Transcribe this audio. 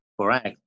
Correct